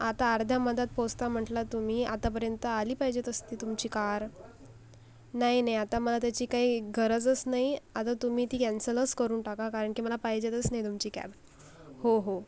आता अर्ध्या मधात पोहचता म्हटला तुम्ही आता पर्यंत आली पाहिजेत असती तुमची कार नाही नाही आता मला त्याची काही गरजच नाही आता तुम्ही ती कॅन्सलच करून टाका कारण की मला पाहिजेतच नाही तुमची कॅब हो हो